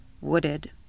wooded